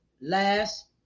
last